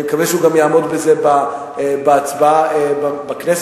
אני מקווה שהוא גם יעמוד בזה בהצבעה בכנסת.